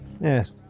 Yes